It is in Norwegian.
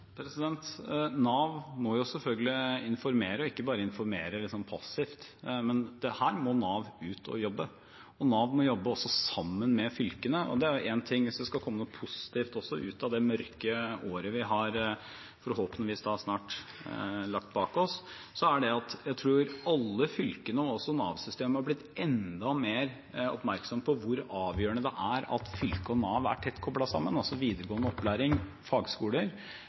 Nav må selvfølgelig informere og ikke bare informere litt sånn passivt. Her må Nav ut og jobbe. Nav må jobbe også sammen med fylkene. Hvis det skal komme noe positivt ut av det mørke året vi forhåpentligvis snart har lagt bak oss, er det at jeg tror alle fylkene og også Nav-systemet har blitt enda mer oppmerksom på hvor avgjørende det er at fylke og Nav er tett koblet sammen, altså videregående opplæring, fagskoler